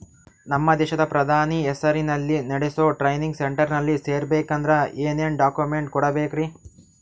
ನಮ್ಮ ದೇಶದ ಪ್ರಧಾನಿ ಹೆಸರಲ್ಲಿ ನೆಡಸೋ ಟ್ರೈನಿಂಗ್ ಸೆಂಟರ್ನಲ್ಲಿ ಸೇರ್ಬೇಕಂದ್ರ ಏನೇನ್ ಡಾಕ್ಯುಮೆಂಟ್ ಕೊಡಬೇಕ್ರಿ?